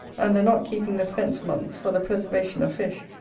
and the not keeping the fence-months for the preservation of fish,